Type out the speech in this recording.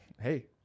hey